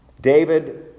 David